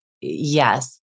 yes